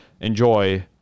enjoy